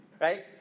right